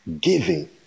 Giving